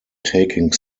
taking